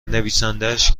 نویسندهاش